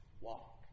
walk